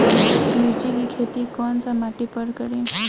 मिर्ची के खेती कौन सा मिट्टी पर करी?